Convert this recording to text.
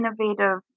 innovative